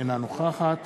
אינה נוכחת